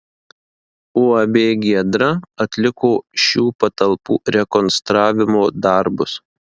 uab giedra atliko šių patalpų rekonstravimo darbus